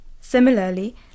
Similarly